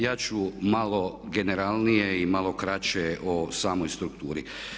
Ja ću malo generalnije i malo kraće o samoj strukturi.